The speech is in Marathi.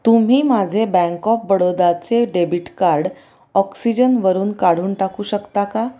तुम्ही माझे बँक ऑफ बडोदाचे डेबिट कार्ड ऑक्सिजनवरून काढून टाकू शकता का